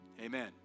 amen